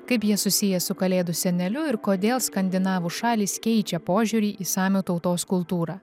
kaip jie susiję su kalėdų seneliu ir kodėl skandinavų šalys keičia požiūrį į samių tautos kultūrą